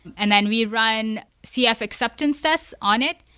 and then we run cf acceptance test on it.